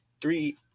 three